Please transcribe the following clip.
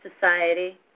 society